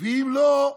ואם לא,